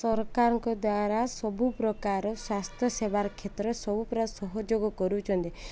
ସରକାରଙ୍କ ଦ୍ୱାରା ସବୁ ପ୍ରକାର ସ୍ୱାସ୍ଥ୍ୟ ସେବାର କ୍ଷେତ୍ରରେ ସବୁ ପ୍ରକାର ସହଯୋଗ କରୁଛନ୍ତି